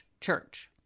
church